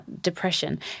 depression